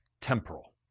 temporal